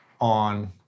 on